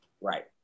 Right